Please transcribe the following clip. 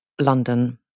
London